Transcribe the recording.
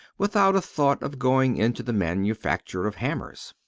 without a thought of going into the manufacture of hammers.